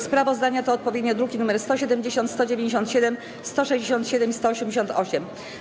Sprawozdania to odpowiednio druki nr 170, 197, 167 i 188.